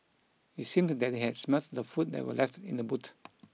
it seemed that they had smelt the food that were left in the boot